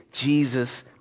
Jesus